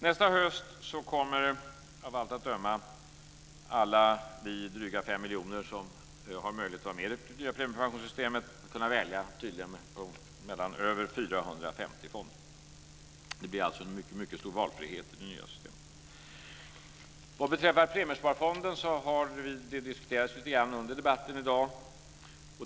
Nästa höst kommer av allt döma alla vi dryga 5 miljoner människor som har möjlighet att vara med i det nya premiepensionssystemet att kunna välja mellan över 450 fonder. Det blir alltså en mycket stor valfrihet i det nya systemet. Vad beträffar premiesparfonden har den diskuterats under debatten i dag.